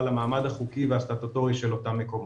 למעמד החוקי והסטטוטורית של אותם מקומות.